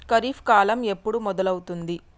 ఖరీఫ్ కాలం ఎప్పుడు మొదలవుతుంది?